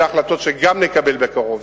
אלה החלטות שגם נקבל בקרוב,